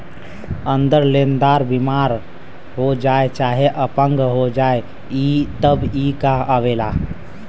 अगर लेन्दार बिमार हो जाए चाहे अपंग हो जाए तब ई कां आवेला